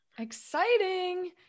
exciting